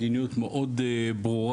מדיניות מאוד ברורה,